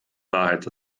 wahrheit